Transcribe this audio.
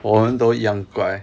我们都一样怪